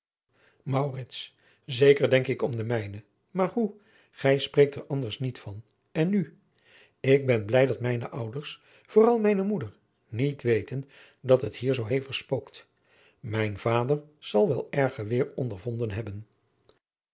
zeker denk ik om de mijne maar hoe gij spreekt er anders niet van en nu ik ben blij adriaan loosjes pzn het leven van maurits lijnslager dat mijne ouders vooral mijne moeder niet weten dat het hier zoo hevig spookt mijn vader zal wel erger weêr ondervonden hebben